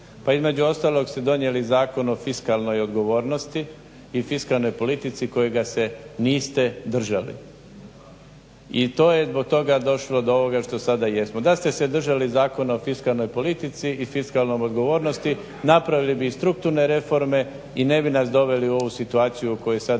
pa između ostalog ste donijeli Zakon o fiskalnoj odgovornosti i fiskalnoj politici kojega se niste držali. I to je zbog toga došlo do ovoga što sada jesmo. Da ste se držali Zakona o fiskalnoj politici i fiskalnoj odgovornosti napravili bi i strukturne reforme i ne bi nas doveli u ovu situaciju u kojoj sada jesmo